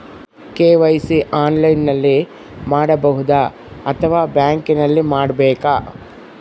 KYC ಆನ್ಲೈನಲ್ಲಿ ಮಾಡಬಹುದಾ ಅಥವಾ ಬ್ಯಾಂಕಿನಲ್ಲಿ ಮಾಡ್ಬೇಕಾ?